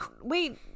wait